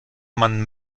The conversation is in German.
man